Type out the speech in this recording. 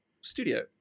studio